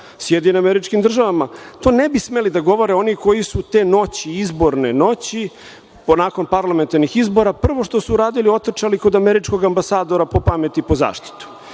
i sporazum sa SAD? To ne bi smeli da govore oni koji su te noći, izborne noći, nakon parlamentarnih izbora, prvo što su uradili otrčali kod američkog ambasadora po pamet i po zaštitu